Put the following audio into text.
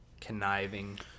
conniving